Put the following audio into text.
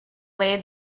laid